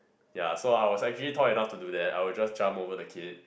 ya so I was actually tall enough to do that I will just jump over the kid